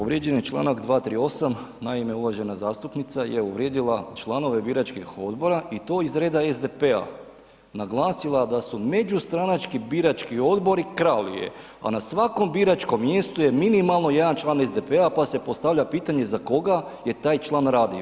Povrijeđen je čl. 238., naime, uvažena zastupnica je uvrijedila članove biračkih odbora i to iz reda SDP-a je naglasila da su međustranački birački odbori krali je, pa na svakom biračkom mjestu je minimalno jedan član SDP-a pa se postavlja pitanje za koga je taj član radio.